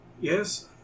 Yes